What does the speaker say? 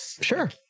Sure